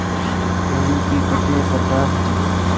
रवि के कते प्रकार होचे?